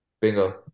bingo